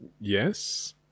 yes